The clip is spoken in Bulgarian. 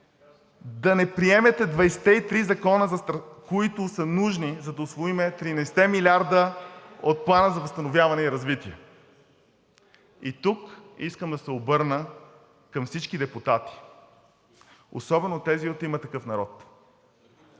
да не приемете 23 закона, които са нужни, за да усвоим 13 милиарда от Плана за възстановяване и развитие. Тук искам да се обърна към всички депутати, особено към тези от „Има такъв народ“.